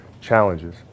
challenges